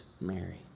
Mary